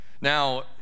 Now